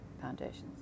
Foundations